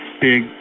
big